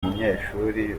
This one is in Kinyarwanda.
munyeshuri